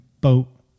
boat